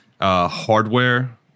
hardware